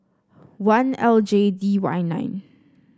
one L J D Y nine